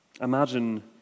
Imagine